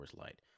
Light